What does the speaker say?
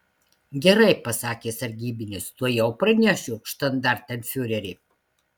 gerai pasakė sargybinis tuojau pranešiu štandartenfiureri